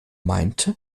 meinte